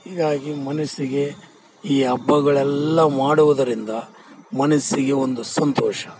ಹೀಗಾಗಿ ಮನಸ್ಸಿಗೆ ಈ ಹಬ್ಬಗಳೆಲ್ಲಾ ಮಾಡುವುದರಿಂದ ಮನಸ್ಸಿಗೆ ಒಂದು ಸಂತೋಷ